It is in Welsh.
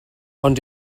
ond